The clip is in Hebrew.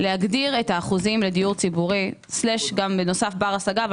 להגדיר את האחוזים לדיור ציבורי גם בר השגה אבל